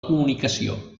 comunicació